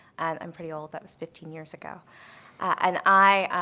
and i'm pretty old. that was fifteen years ago. and i i